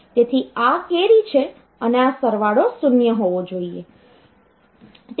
તેથી આ કેરી છે અને આ સરવાળો 0 હોવો જોઈએ